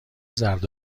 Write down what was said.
زرد